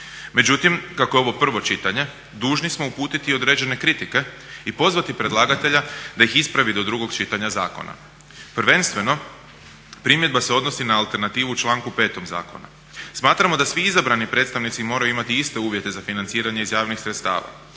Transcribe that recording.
Međutim, kako je ovo prvo čitanje dužni smo uputiti određene kritike i pozvati predlagatelja da ih ispravi do drugog čitanja zakona. Prvenstveno primjedba se odnosi na alternativu u članku 5. zakona. Smatramo da svi izabrani predstavnici moraju imati iste uvjete za financiranje iz javnih sredstava,